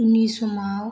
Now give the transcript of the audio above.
उननि समाव